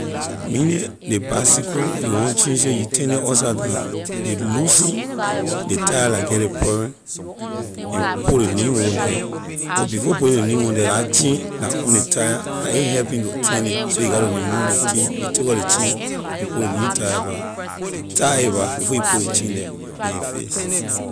Mainly ley bicicle when you want change it you turn it upside down you loosen ley tyre la get ley problem and put ley new one the but before putting ley new one the la chain la on it ley tyre la a helping to turn it so you gatto remove ley chain you takor ley chain and put ley new tyre back tie a back before you put ley chain the then a fix.